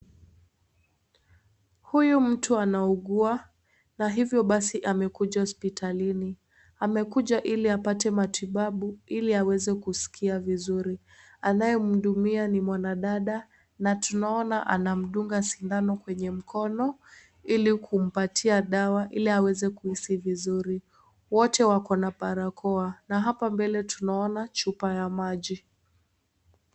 Huyu mtu anaugua. Na hivyo basi amekuja hospitalini. Amekuja ili apate matibabu ili aweze kusikia vizuri. Anaye mhudumia ni mwanadada, na tunaona anamdunga sindano kwenye mkono ili kumpatia dawa ili aweze kuhisi vizuri. Wote wako na barakoa na hapa mbele tunaona chupa ya maji.